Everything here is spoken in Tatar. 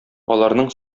аларның